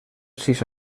sis